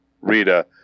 Rita